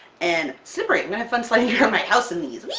and slippery! i'm gonna have fun sliding around my house in these!